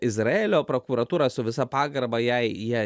izraelio prokuratūra su visa pagarba jai jie